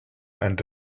and